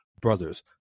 brothers